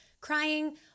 crying